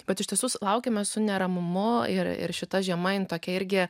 vat iš tiesų laukiame su neramumu ir ir šita žiema jin tokia irgi